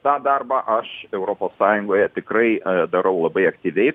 tą darbą aš europos sąjungoje tikrai darau labai aktyviai